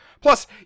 Plus